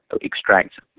extract